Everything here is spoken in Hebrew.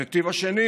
הנתיב השני